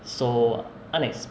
so unex~